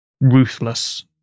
ruthless